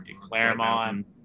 Claremont